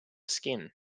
skin